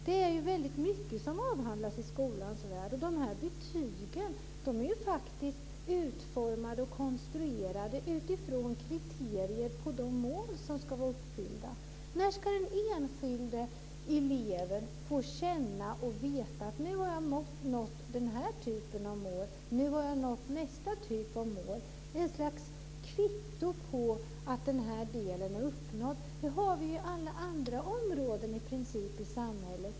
Det är väldigt mycket som avhandlas i skolans värld. De här betygen är ju faktiskt utformade och konstruerade utifrån kriterier för de mål som ska uppfyllas. När ska den enskilda eleven få känna och veta att nu har man nått det här målet och nu har man nått nästa mål? Det skulle vara ett slags kvitto på att en viss del är uppnådd. Det har vi ju i princip på alla andra områden i samhället.